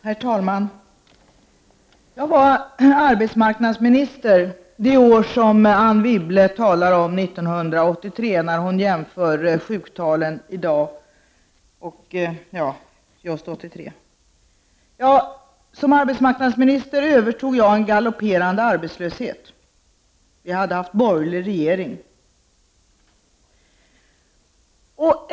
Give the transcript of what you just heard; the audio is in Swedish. Herr talman! Jag var arbetsmarknadsminister under det år, nämligen 1983, som Anne Wibble använder i sin jämförelse mellan sjuktalen då och nu. Som arbetsmarknadsminister övertog jag en galopperande arbetslöshet från den tidigare borgerliga regeringen.